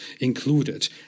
included